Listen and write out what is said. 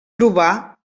trobar